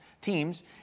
teams